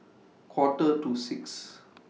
Quarter to six